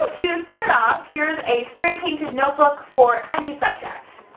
to start off, here is a spray-painted notebook for any subject!